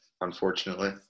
unfortunately